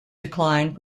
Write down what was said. decline